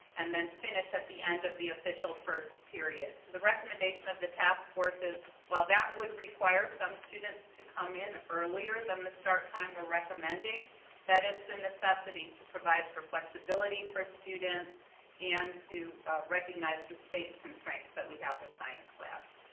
and then finish at the end of the official first period. so the recommendation of the task force is while that would require some students to come in earlier than the start time we're recommending that it's a necessity to provide for flexibility for students and to recognize the space constraints that we have with science labs.